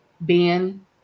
Ben